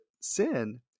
sin